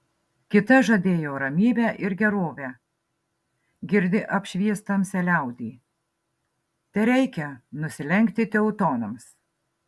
kita žadėjo ramybę ir gerovę girdi apšvies tamsią liaudį tereikia nusilenkti teutonams